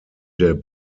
der